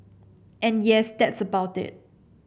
and yes that's about it